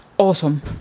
awesome